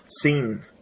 seen